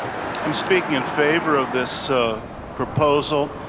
i'm speaking in favor of this proposal.